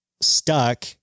stuck